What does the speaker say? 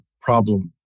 problem